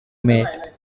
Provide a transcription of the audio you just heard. mate